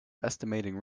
estimating